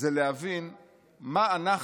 מה אנחנו,